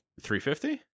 $350